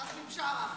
עזמי בשארה.